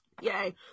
yay